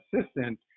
assistant